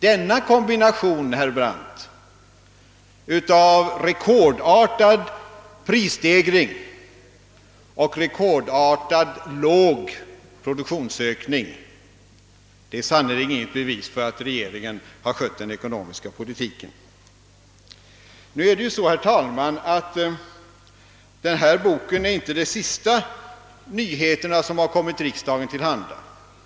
Denna kombination, herr Brandt, av rekordartad prisstegring och rekordartat låg produktionsökning är sannerligen inget bevis för att regeringen skött den ekonomiska politiken väl. Statsverkspropositionen är inte, herr talman, den senaste nyheten som kommit riksdagen till handa.